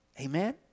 Amen